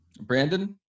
Brandon